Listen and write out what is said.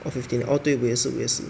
orh fifty nine orh 对我也是我也是